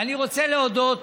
ואני רוצה להודות